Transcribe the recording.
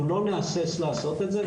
אנחנו לא נהסס לעשות את זה,